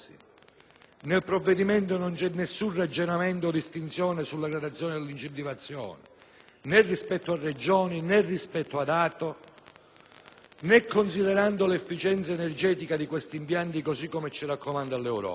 Nel provvedimento non c'è nessun ragionamento o distinzione sulla gradazione dell'incentivazione, né rispetto alle Regioni, ne rispetto agli ATO, né considerando l'efficienza energetica di questi impianti, così come ci raccomanda l'Europa.